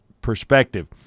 perspective